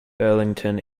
burlington